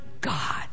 God